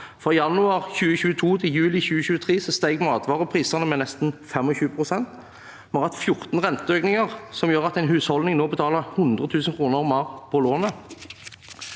Fra januar 2022 til juli 2023 steg matvareprisene med nesten 25 pst. Vi har hatt 14 renteøkninger, noe som gjør at en husholdning nå betaler 100 000 kr mer på lånet,